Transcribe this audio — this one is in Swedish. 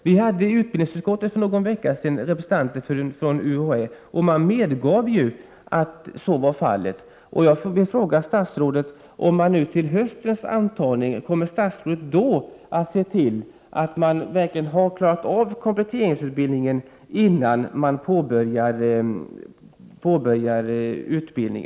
Vi hade i utbildningsutskottet för någon vecka sedan representanter från UHÄ, och de uppgav att så var fallet. Kommer utbildningsministern att till höstens intagning se till att de som påbörjar utbildningen först har klarat av sin kompletteringsutbildning?